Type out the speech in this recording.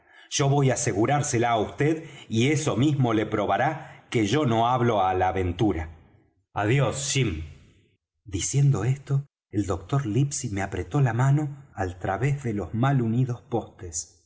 yo voy á asegurársela á vd y eso mismo le probará que yo no hablo á la ventura adiós jim diciendo esto el doctor livesey me apretó la mano al través de los mal unidos postes